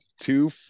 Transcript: Two